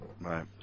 right